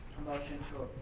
motion to.